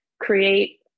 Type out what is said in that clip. create